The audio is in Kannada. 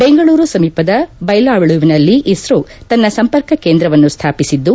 ಬೆಂಗಳೂರು ಸಮೀಪದ ಬೈಲಾಳುವಿನಲ್ಲಿ ಇಸ್ತೋ ತನ್ನ ಸಂಪರ್ಕ ಕೇಂದ್ರವನ್ನು ಸ್ಥಾಪಿಸಿದ್ದು